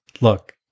look